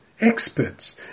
experts